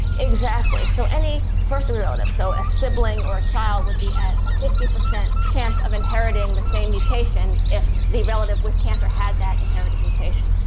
exactly. so any first-degree relative, so a sibling or a child would be at a fifty percent chance of inheriting the same mutation if the relative with cancer had that inherited mutation.